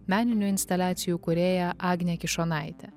meninių instaliacijų kūrėja agne kišonaite